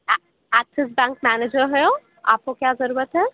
uh Axis bank manager here آپ کو کیا ضرورت ہے